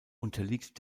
unterliegt